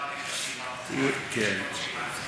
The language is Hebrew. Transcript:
אז